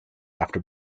after